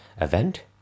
event